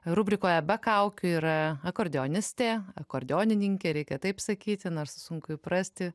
rubrikoje be kaukių yra akordeonistė akordeonininkė reikia taip sakyti nors sunku įprasti